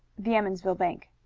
the emmonsville bank.